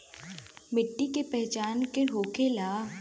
मिट्टी के पहचान का होखे ला?